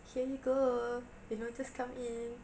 here you go you know just come in